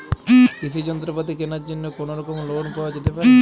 কৃষিযন্ত্রপাতি কেনার জন্য কোনোরকম লোন পাওয়া যেতে পারে?